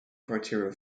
criteria